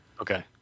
Okay